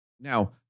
Now